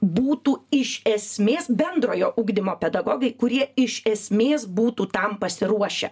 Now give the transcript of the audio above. būtų iš esmės bendrojo ugdymo pedagogai kurie iš esmės būtų tam pasiruošę